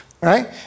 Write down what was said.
right